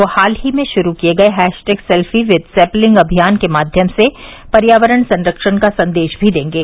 वे हाल ही में शुरू किए गए हैशटैग सेल्फी विद सेपलिंग अभियान के माध्यम से पर्यावरण संरक्षण का संदेश भी देंगे